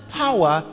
power